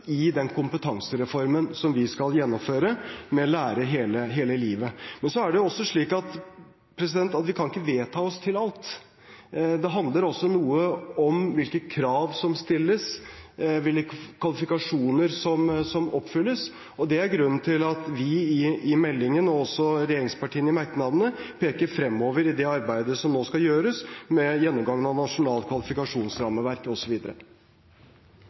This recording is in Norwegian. i den kompetansereformen som vi skal gjennomføre med Lære hele livet. Men det er jo også slik at vi kan ikke vedta oss til alt. Det handler også noe om hvilke krav som stilles, og hvilke kvalifikasjoner som oppfylles. Det er grunnen til at vi i proposisjonen, og også regjeringspartiene i merknadene, peker fremover i det arbeidet som nå skal gjøres med gjennomgangen av Nasjonalt kvalifikasjonsrammeverk